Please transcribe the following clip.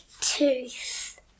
tooth